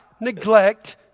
neglect